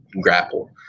grapple